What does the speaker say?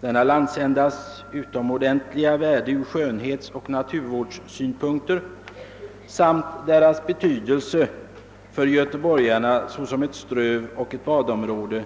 Denna landsändas utomordentliga värde ur skönhetsoch = naturvårdssynpunkter samt dess betydelse för göteborgarna såsom ett strövoch badområde